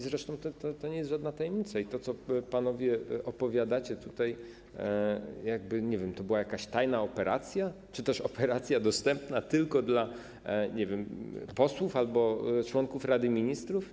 Zresztą to nie jest żadna tajemnica i to, co panowie opowiadacie, jakby to była jakaś tajna operacja czy też operacja dostępna tylko dla, nie wiem, posłów albo członków Rady Ministrów.